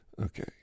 Okay